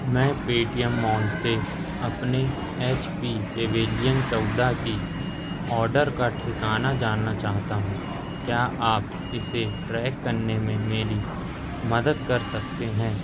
मैं Paytm mall से अपने एच पी पेविलियन चौदह के ऑर्डर का ठिकाना जानना चाहता हूँ क्या आप इसे ट्रैक करने में मेरी मदद कर सकते हैं